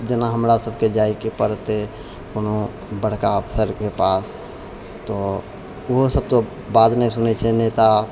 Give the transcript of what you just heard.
जेना हमरा सभके जाइके पड़तै कोनो बड़का अफसरके पास तऽ उहो सभ तऽ बात नहि सुनै छै नेता